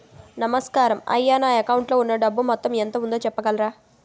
నమస్కారం అయ్యా నా అకౌంట్ లో ఉన్నా డబ్బు మొత్తం ఎంత ఉందో చెప్పగలరా?